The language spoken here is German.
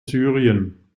syrien